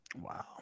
Wow